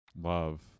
Love